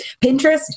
Pinterest